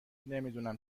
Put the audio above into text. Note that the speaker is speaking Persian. نمیدونم